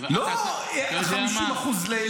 לא 50% --- אתה יודע מה?